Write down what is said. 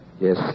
Yes